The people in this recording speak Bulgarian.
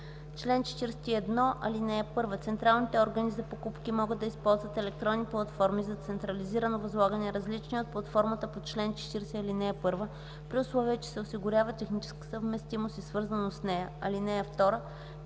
„Чл. 41. (1) Централните органи за покупки могат да използват електронни платформи за централизираното възлагане, различни от платформата по чл. 40, ал. 1, при условие че се осигурява техническа съвместимост и свързаност с нея. (2)